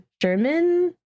german